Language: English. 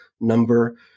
number